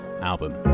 album